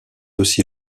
aussi